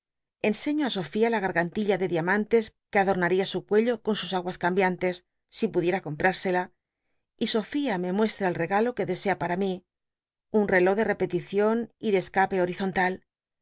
enseño rl sofía la gar antilla de diamantes que adornal'ia iju cuello ron sus aguas cambiantes si pudiera co mp rársela y sofia me muestra el regalo jue desea para mí un reló de repelicion y de escape horizontal